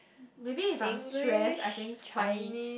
maybe if I am stress I think funny